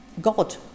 God